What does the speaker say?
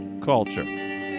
Culture